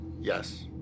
yes